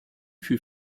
fut